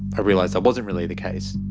i realised that wasn't really the case.